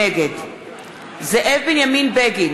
נגד זאב בנימין בגין, נגד